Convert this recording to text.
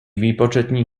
výpočetní